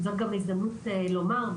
זו גם הזדמנות לומר,